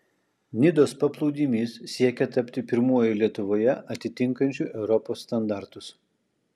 nidos paplūdimys siekia tapti pirmuoju lietuvoje atitinkančiu europos standartus